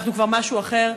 אנחנו כבר משהו אחר.